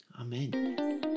amen